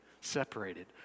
separated